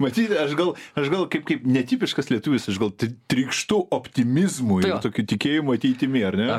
matyti aš gal aš gal kaip kaip netipiškas lietuvis aš gal ti trykštu optimizmu tokiu tikėjimu ateitimi ar ne